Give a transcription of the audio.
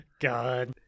god